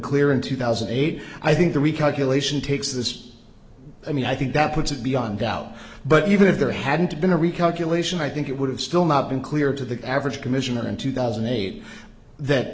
clear in two thousand and eight i think the recalculation takes this i mean i think that puts it beyond doubt but even if there hadn't been a recalculation i think it would have still not been clear to the average commissioner in two thousand and eight that